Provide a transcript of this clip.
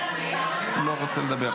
הוא לא רוצה לדבר,